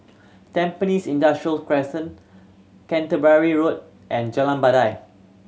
Tampines Industrial Crescent Canterbury Road and Jalan Batai